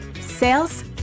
sales